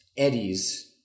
Eddies